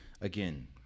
again